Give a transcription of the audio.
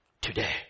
Today